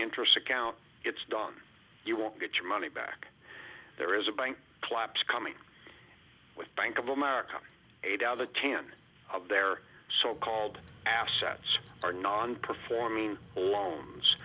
interest account it's done you won't get your money back there is a bank collapse coming with bank of america eight out of the ten of their so called assets are non performing loans